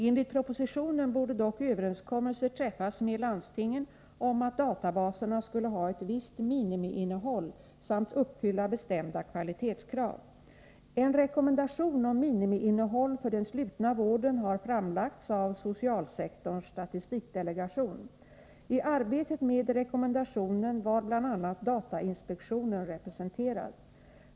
Enligt propositionen borde dock överenskommelser träffas med landstingen om att databaserna skulle ha ett visst minimiinnehåll samt uppfylla bestämda kvalitetskrav. En rekommendation om minimiinnehåll för den slutna vården har framlagts av socialsektorns statistikdelegation. I arbetet med rekommendationen var bl.a. datainspektionen representerad.